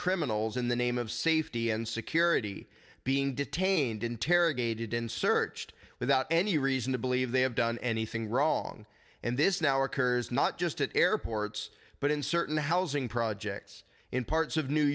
criminals in the name of safety and security being detained interrogated and searched without any reason to believe they have done anything wrong and this now occurs not just at airports but in certain housing projects in parts of new